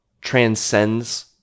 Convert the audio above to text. transcends